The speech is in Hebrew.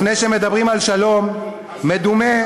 לפני שמדברים על שלום מדומה,